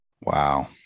Wow